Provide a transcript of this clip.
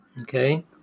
Okay